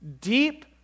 deep